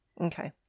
Okay